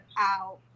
out